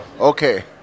Okay